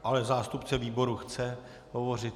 Ale zástupce výboru chce hovořit.